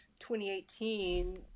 2018